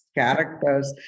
characters